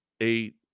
eight